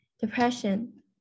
depression